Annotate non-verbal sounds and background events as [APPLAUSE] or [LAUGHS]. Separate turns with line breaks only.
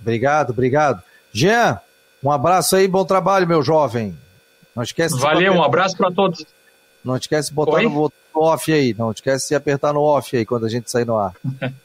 Obrigado, obrigado. Jean, um abraço aí, bom trabalho, meu jovem. Não esquece de-
Valeu, um abraço pra todos.
Não esquece de botar
Oi?
no- no off aí, não esquece de apertar no off aí, quando a gente sair no ar.
[LAUGHS]